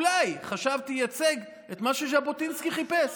אולי חשבתי שייצג את מה שז'בוטינסקי חיפש.